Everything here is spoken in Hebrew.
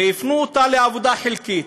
והפנו אותה לעבודה חלקית.